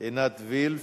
עינת וילף.